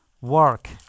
work